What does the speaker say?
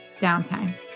Downtime